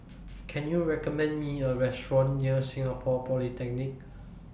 Can YOU recommend Me A Restaurant near Singapore Polytechnic